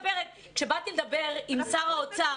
כשבאתי לדבר עם שר האוצר,